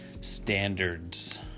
standards